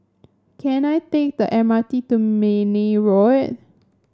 can I take the M R T to Mayne Road